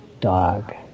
Dog